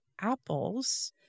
apples